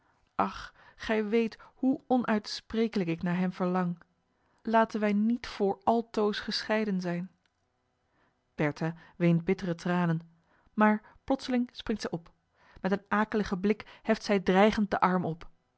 ach gij weet hoe onuitsprekelijk ik naar hem verlang laten wij niet voor altoos gescheiden zijn bertha weent bittere tranen maar plotseling springt zij op met een akeligen blik heft zij dreigend den arm op